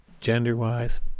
gender-wise